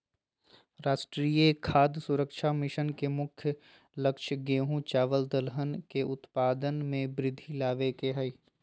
राष्ट्रीय खाद्य सुरक्षा मिशन के मुख्य लक्ष्य गेंहू, चावल दलहन के उत्पाद में वृद्धि लाबे के हइ